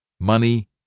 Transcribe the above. Money